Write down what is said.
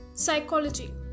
psychology